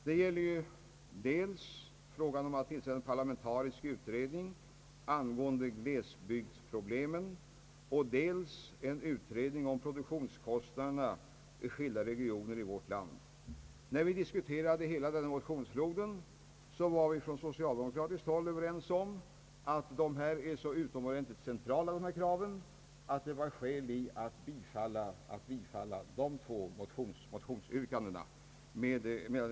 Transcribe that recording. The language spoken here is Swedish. Det gäller dels frågan om tillsättandet av en parlamentarisk utredning angående <sglesbygdsproblemen, dels tillsättandet av en utredning om produktionskostnaderna i skilda regioner i vårt land. När vi diskuterade hela denna motionsflod var vi från socialdemokratiskt håll överens om att dessa krav var så utomordentligt centrala att det fanns skäl att bifalla dessa två motionsyrkanden.